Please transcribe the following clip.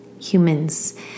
humans